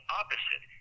opposite